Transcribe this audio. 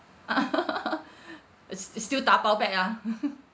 it's it's still dabao back ah